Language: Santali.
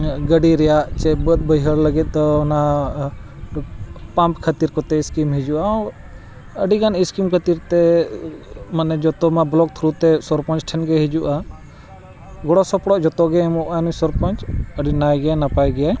ᱜᱟᱹᱰᱤ ᱨᱮᱱᱟᱜ ᱥᱮ ᱵᱟᱹᱫᱽ ᱵᱟᱹᱭᱦᱟᱹᱲ ᱞᱟᱹᱜᱤᱫ ᱫᱚ ᱚᱱᱟ ᱯᱟᱢᱯ ᱠᱷᱟᱹᱛᱤᱨ ᱠᱚᱛᱮ ᱥᱠᱤᱢ ᱦᱤᱡᱩᱜᱼᱟ ᱟᱹᱰᱤ ᱜᱟᱱ ᱥᱠᱤᱢ ᱠᱷᱟᱹᱛᱤᱨ ᱛᱮ ᱢᱟᱱᱮ ᱡᱷᱚᱛᱚ ᱢᱟ ᱵᱞᱚᱠ ᱛᱷᱨᱩ ᱛᱮ ᱥᱚᱨᱯᱚᱧᱪ ᱴᱷᱮᱱ ᱜᱮ ᱦᱤᱡᱩᱜᱼᱟ ᱜᱚᱲᱚ ᱥᱚᱯᱚᱦᱚᱫ ᱡᱷᱚᱛᱚᱜᱮ ᱮᱢᱚᱜᱼᱟ ᱱᱩᱭ ᱥᱚᱨᱚᱧᱪ ᱟᱹᱰᱤ ᱱᱟᱭ ᱜᱮ ᱱᱟᱯᱟᱭ ᱜᱮ